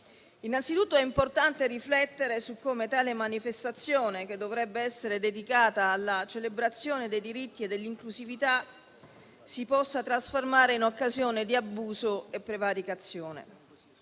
Innanzitutto è importante riflettere su come tale manifestazione, che dovrebbe essere dedicata alla celebrazione dei diritti e dell'inclusività, si possa trasformare in occasione di abuso e prevaricazione.